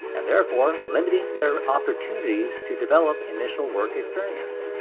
and therefore limiting their opportunities to develop initial work experience.